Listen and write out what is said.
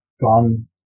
gone